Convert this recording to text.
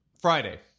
Friday